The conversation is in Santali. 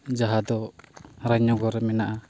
ᱡᱟᱦᱟᱸᱫᱚ ᱨᱟᱡᱽᱱᱚᱜᱚᱨ ᱨᱮ ᱢᱮᱱᱟᱜᱼᱟ